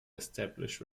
establish